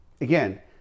again